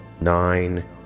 Nine